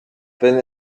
wenn